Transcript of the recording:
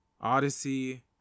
Odyssey